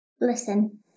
listen